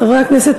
חברי הכנסת,